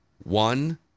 One